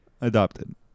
Adopted